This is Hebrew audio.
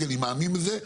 כי אני מאמין בזה.